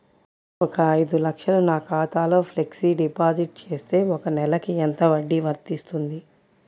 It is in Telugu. ఒక ఐదు లక్షలు నా ఖాతాలో ఫ్లెక్సీ డిపాజిట్ చేస్తే ఒక నెలకి ఎంత వడ్డీ వర్తిస్తుంది?